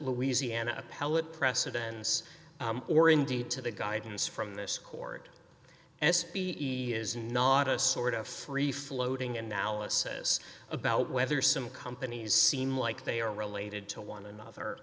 louisiana appellate precedents or indeed to the guidance from this court s b e is not a sort of free floating analysis about whether some companies seem like they are related to one another